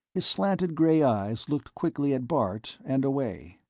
his slanted gray eyes looked quickly at bart and away.